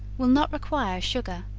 will not require sugar.